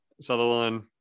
Sutherland